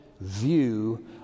view